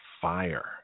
fire